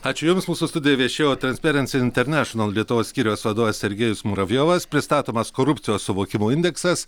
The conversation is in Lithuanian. ačiū jums mūsų studijoje viešėjo transparency international lietuvos skyriaus vadovas sergejus muravjovas pristatomas korupcijos suvokimo indeksas